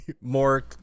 more